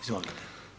Izvolite.